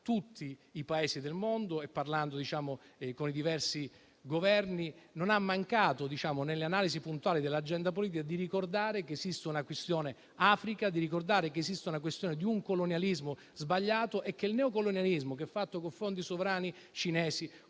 tutti i Paesi del mondo, parlando con i diversi Governi e che non ha mancato, nelle sue analisi puntuali dell'agenda politica, di ricordare che esiste una questione Africa, che esiste la questione di un colonialismo sbagliato e che il neocolonialismo, fatto con fondi sovrani cinesi,